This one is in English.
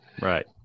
Right